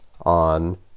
on